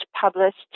published